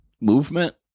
movement